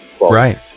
Right